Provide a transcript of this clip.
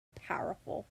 powerful